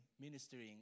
ministering